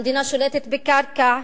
המדינה שולטת בקרקע.